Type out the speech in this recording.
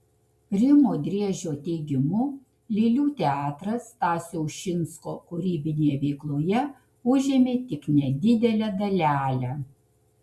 rimo driežio teigimu lėlių teatras stasio ušinsko kūrybinėje veikloje užėmė tik nedidelę dalelę